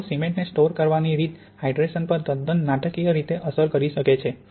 અને સીમેંન્ટ ને સ્ટોર કરવાની રીત હાઇડ્રેશન પર તદ્દન નાટકીય અસર કરી શકે છે